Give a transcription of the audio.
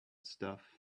stuff